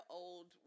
old